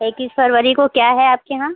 इक्कीस फरवरी को क्या है आपके यहाँ